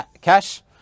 cash